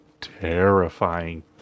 terrifying